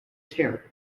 terror